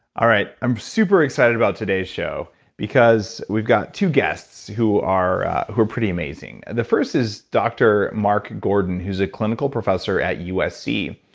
all right, i'm super excited about today's show because we've got two guests who are who are pretty amazing. the first is dr. mark gordon, who's a clinical professor at usc.